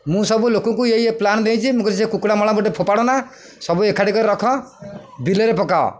ମୁଁ ସବୁ ଲୋକଙ୍କୁ ଏଇ ଏ ପ୍ଲାନ୍ ଦେଇଛି ମୁଁ ସେ କୁକୁଡ଼ା ମଳ ଗୋଟେ ଫୋପାଡ଼ନା ସବୁ ଏକାଠିକରି ରଖ ବିଲରେ ପକାଅ